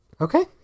Okay